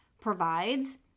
provides